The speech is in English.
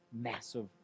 massive